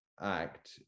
act